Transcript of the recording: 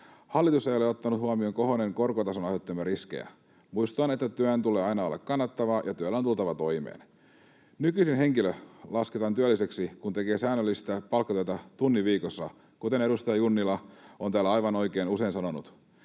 Hallitus ei ole ottanut huomioon kohonneen korkotason aiheuttamia riskejä. Muistutan, että työn tulee aina olla kannattavaa ja työllä on tultava toimeen. Nykyisin henkilö lasketaan työlliseksi, kun tekee säännöllistä palkkatyötä tunnin viikossa, kuten edustaja Junnila on täällä aivan oikein usein sanonut.